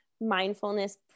mindfulness